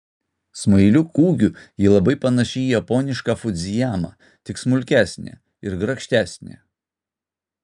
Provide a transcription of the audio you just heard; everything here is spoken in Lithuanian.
smailiu kūgiu ji labai panaši į japonišką fudzijamą tik smulkesnę ir grakštesnę